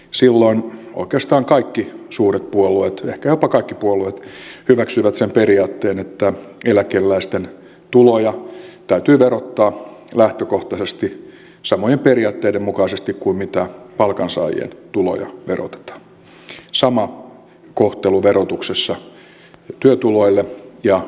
silloin oikeastaan kaikki suuret puolueet ehkä jopa kaikki puolueet hyväksyivät sen periaatteen että eläkeläisten tuloja täytyy verottaa lähtökohtaisesti samojen periaatteiden mukaisesti kuin palkansaajien tuloja verotetaan sama kohtelu verotuksessa työtuloille ja eläketuloille